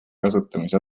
kasutamise